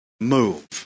move